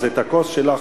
אז הכוס שלך,